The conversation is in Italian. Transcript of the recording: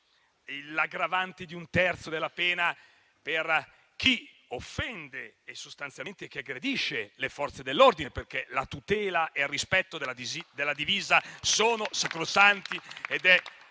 all'aggravante di un terzo della pena per chi offende e sostanzialmente aggredisce le Forze dell'ordine, perché la tutela e il rispetto della divisa sono sacrosanti.